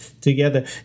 together